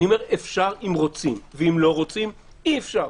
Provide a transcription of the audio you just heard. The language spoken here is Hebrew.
אני אומר אפשר אם רוצים, ואם לא רוצים, אי אפשר.